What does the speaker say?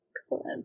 Excellent